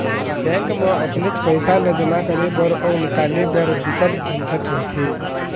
bank म अपनेच पइसा ल जमा करे बर अउ निकाले बर बिकट झंझट रथे